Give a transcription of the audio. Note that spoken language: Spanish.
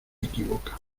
equivoca